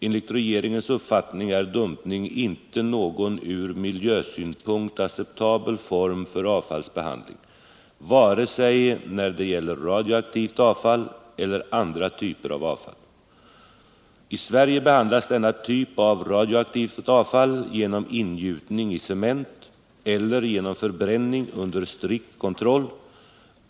Enligt regeringens uppfattning är dumpning inte någon ur miljösynpunkt acceptabel form för avfallsbehandling vare sig det gäller radioaktivt avfall eller andra typer av avfall. I Sverige behandlas denna typ av radioaktivt avfall genom ingjutning i cement eller genom förbränning under strikt kontroll.